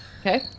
Okay